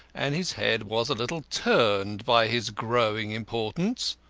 and his head was a little turned by his growing importance.